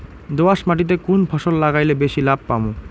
দোয়াস মাটিতে কুন ফসল লাগাইলে বেশি লাভ পামু?